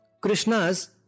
Krishna's